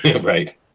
Right